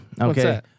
Okay